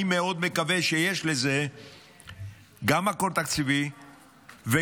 אני מאוד מקווה שיש לזה גם מקור תקציבי וגם